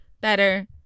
better